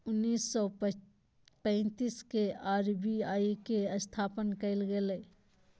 उन्नीस सौ पैंतीस के आर.बी.आई के स्थापना कइल गेलय